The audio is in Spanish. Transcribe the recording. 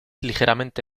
ligeramente